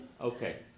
Okay